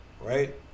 right